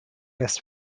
less